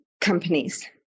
companies